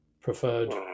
preferred